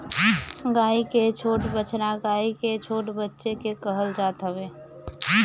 गाई के बछड़ा गाई के छोट बच्चा के कहल जात हवे